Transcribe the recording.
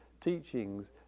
teachings